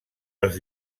els